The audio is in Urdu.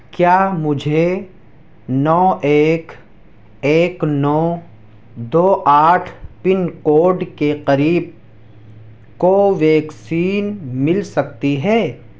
کیا مجھے نو ایک ایک نو دو آٹھ پن کوڈ کے قریب کوویکسین مل سکتی ہے